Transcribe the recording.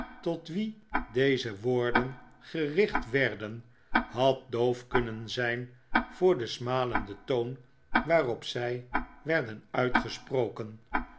tot wien deze woorden gericht werden had doof kunnen zijn voor den smalenden toon waarop zij werden uitgesproken